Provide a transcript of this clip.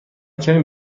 کمی